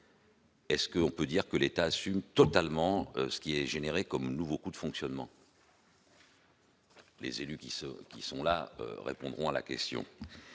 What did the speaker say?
Est-ce que on peut dire que l'État assume totalement ce qui est généré, comme nouveau coup de fonctionnement. Les élus qui se qui sont là, répondront à la question,